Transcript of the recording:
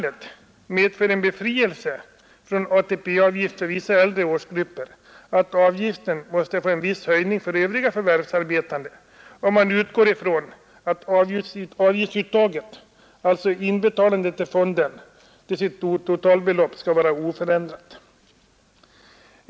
En befrielse från ATP-avgift för vissa äldre åldersgrupper medför självfallet att avgiften måste få en viss höjning för övriga förvärvsarbetande, om man utgår ifrån att de totala inbetalningarna till fonden skall vara oförändrade.